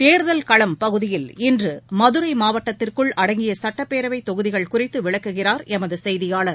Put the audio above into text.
தேர்தல் களம் பகுதியில் இன்றுமதுரைமாவட்டத்திற்குள் அடங்கியசுட்டப்பேரவைத் தொகுதிகள் குறித்துவிளக்குகிறார் எமதுசெய்தியாளர்